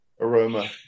aroma